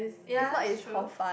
ya that's true